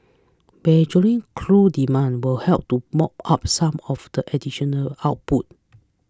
burgeoning crude demand will help to mop up some of the additional output